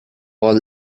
all